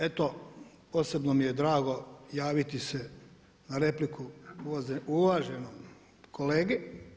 Eto posebno mi je drago javiti se na repliku uvaženom kolegi.